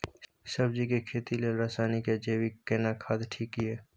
सब्जी के खेती लेल रसायनिक या जैविक केना खाद ठीक ये?